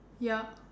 yup